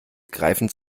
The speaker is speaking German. greifen